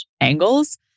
angles